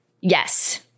Yes